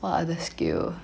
what other skill